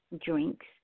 drinks